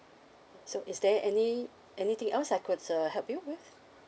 so is there any anything else I could uh help you with